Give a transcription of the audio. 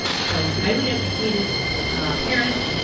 so highly educated parents,